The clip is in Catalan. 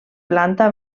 planta